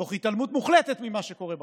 תוך התעלמות מוחלטת ממה שקורה בחוץ.